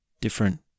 different